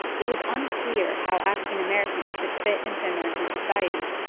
it was unclear how african americans should fit into american society.